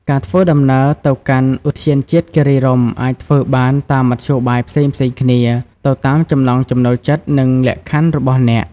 ការធ្វើដំណើរទៅកាន់ឧទ្យានជាតិគិរីរម្យអាចធ្វើបានតាមមធ្យោបាយផ្សេងៗគ្នា ទៅតាមចំណង់ចំណូលចិត្ត និងលក្ខខណ្ឌរបស់អ្នក។